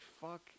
Fuck